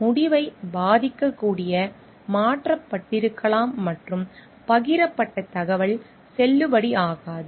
முடிவைப் பாதிக்கக்கூடிய மாற்றப்பட்டிருக்கலாம் மற்றும் பகிரப்பட்ட தகவல் செல்லுபடியாகாது